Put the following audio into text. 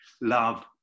love